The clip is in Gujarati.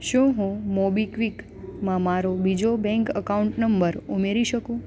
શું હું મોબીક્વિકમાં મારો બીજો બેંક એકાઉન્ટ નંબર ઉમેરી શકું